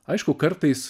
aišku kartais